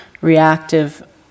reactive